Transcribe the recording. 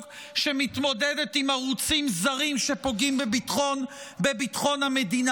שמתמודדת עם ערוצים זרים שפוגעים בביטחון המדינה,